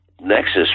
nexus